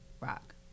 rock